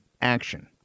action